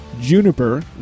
juniper